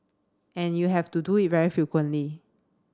and you have to do it very frequently